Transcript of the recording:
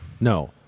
No